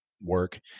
work